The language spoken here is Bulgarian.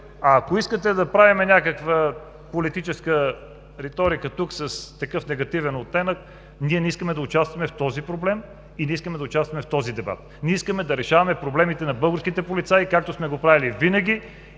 А ако искате да правим някаква политическа реторика тук с такъв негативен оттенък, ние не искаме да участваме в този проблем и не искаме да участваме в този дебат. Ние искаме да решаваме проблемите на българските полицаи, както сме го правили винаги